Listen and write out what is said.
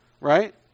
right